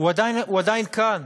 הוא עדיין כאן,